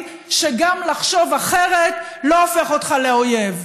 שגם לחשוב אחרת לא הופך אותך לאויב.